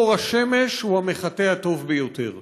אור השמש הוא המחטא הטוב ביותר.